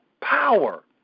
power